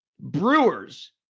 Brewers